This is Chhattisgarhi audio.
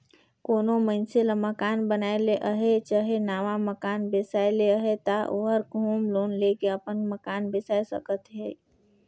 कोनो मइनसे ल मकान बनाए ले अहे चहे नावा मकान बेसाए ले अहे ता ओहर होम लोन लेके अपन मकान बेसाए सकत अहे